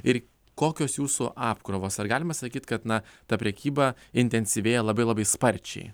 ir kokios jūsų apkrovos ar galima sakyt kad na ta prekyba intensyvėja labai labai sparčiai